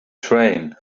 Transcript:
train